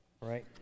right